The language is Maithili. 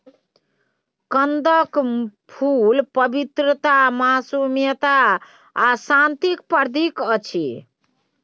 कंदक फुल पवित्रता, मासूमियत आ शांतिक प्रतीक अछि